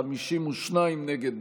52 נגד,